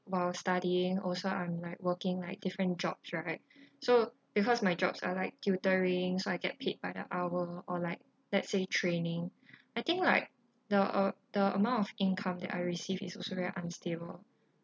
while studying also I'm like working like different jobs right so because my jobs are like tutoring so I get paid by the hour or like let's say training I think like the uh the amount of income that I receive is also very unstable